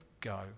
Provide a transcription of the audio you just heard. go